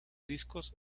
discos